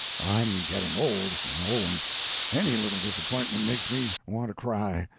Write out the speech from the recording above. i'm getting old, you know, and any little disappointment makes me want to cry.